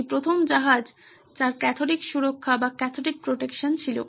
এটি প্রথম জাহাজ যার ক্যাথোডিক সুরক্ষা ছিল